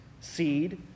seed